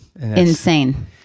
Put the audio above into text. Insane